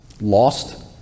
lost